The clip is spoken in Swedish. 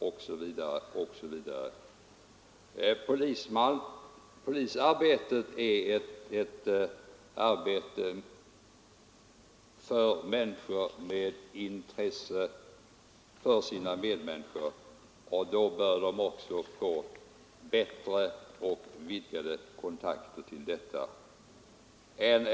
osv., osv. Polisarbetet är ett arbete för människor med intresse för sina medmänniskor, och då bör polismännen också få tillfälle till bättre och vidgade kontakter med andra människor.